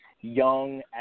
young